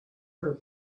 her